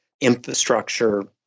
infrastructure